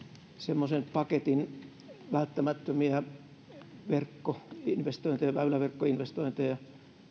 tämmöisen paketin välttämättömiä väyläverkkoinvestointeja